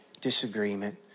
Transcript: disagreement